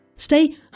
Stay